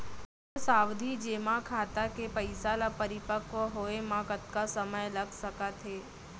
मोर सावधि जेमा खाता के पइसा ल परिपक्व होये म कतना समय लग सकत हे?